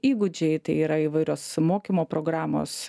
įgūdžiai tai yra įvairios mokymo programos